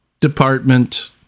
department